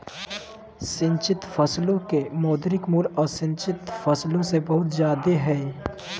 सिंचित फसलो के मौद्रिक मूल्य असिंचित फसल से बहुत जादे हय